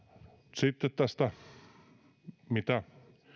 sitten tästä mitä